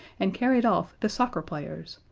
and carried off the soccer players,